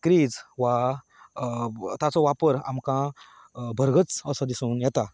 craze वा ताचो वापर आमकां बरगत असो दिसून येता